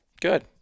Good